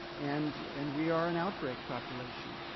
and and we are an outbreak population.